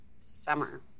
Summer